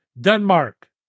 Denmark